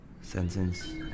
Sentence